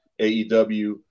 AEW